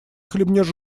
хлебнешь